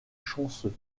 chanceux